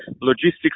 logistics